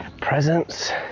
presents